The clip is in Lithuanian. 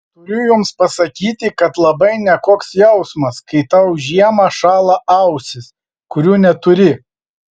turiu jums pasakyti kad labai nekoks jausmas kai tau žiemą šąla ausys kurių neturi